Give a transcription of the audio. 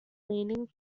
leaning